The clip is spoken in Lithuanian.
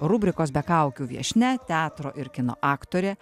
rubrikos be kaukių viešnia teatro ir kino aktorė